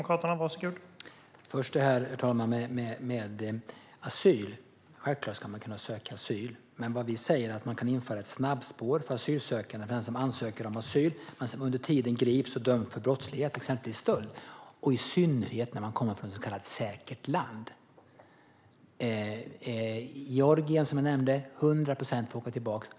Herr talman! Självklart ska man kunna söka asyl. Vad vi säger är att det kan införas ett snabbspår för dem som ansöker om asyl men grips och döms för brottslighet, exempelvis stöld, i synnerhet när man kommer från ett så kallat säkert land. Jag nämnde Georgien - 100 procent får åka tillbaka.